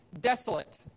desolate